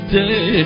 day